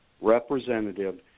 representative